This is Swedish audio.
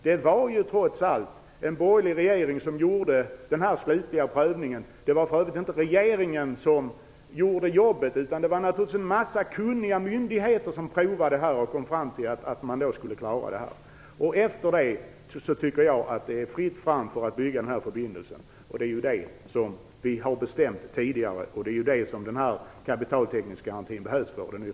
Trots allt var det under en borgerlig regering som den slutliga prövningen gjordes. Det var inte regeringen som gjorde jobbet, utan det var naturligvis en mängd kunniga myndigheter som gjorde en prövning och som kom fram till att man skulle klara det här. Efter detta är det, tycker jag, fritt fram för att bygga den här förbindelsen. Det är ju det som vi har bestämt tidigare, och det är för detta som kapitaltäckningsgarantin behövs.